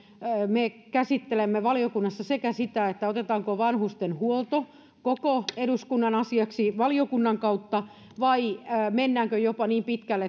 me käsittelemme valiokunnassa sitä otetaanko vanhustenhuolto koko eduskunnan asiaksi valiokunnan kautta vai mennäänkö jopa niin pitkälle